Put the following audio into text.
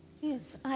Yes